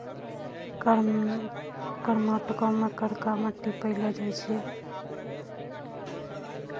कर्नाटको मे करका मट्टी पायलो जाय छै